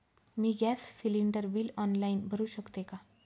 मी gas cylinder bill online भरु शकते का?